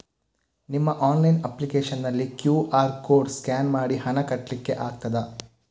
ನಿಮ್ಮ online application ನಲ್ಲಿ QR code scan ಮಾಡಿ ಹಣ ಕಟ್ಲಿಕೆ ಆಗ್ತದ?